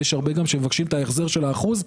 יש הרבה שגם מבקשים את ההחזר של האחוז,